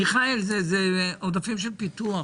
מיכאל, זה עודפים של פיתוח.